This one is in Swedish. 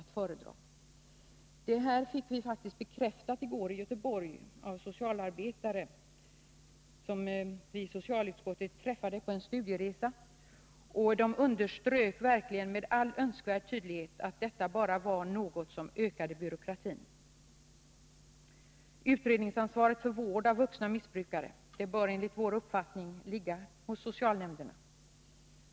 Detta fick vi i socialutskottet faktiskt bekräftat i går i Göteborg av socialarbetare som vi träffade på en studieresa. De underströk med all önskvärd tydlighet att detta bara var något som ökade byråkratin. Utredningsansvaret för vård av vuxna missbrukare bör enligt vår uppfattning ligga hos socialnämnderna.